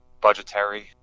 budgetary